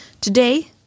today